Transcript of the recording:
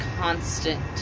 constant